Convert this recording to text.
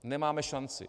Nemáme šanci.